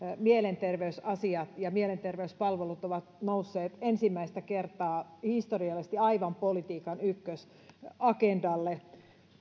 mielenterveysasiat ja mielenterveyspalvelut ovat nousseet ensimmäistä kertaa historiallisesti aivan politiikan ykkösagendalle